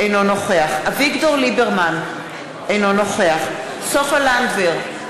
אינו נוכח אביגדור ליברמן, אינו נוכח סופה לנדבר,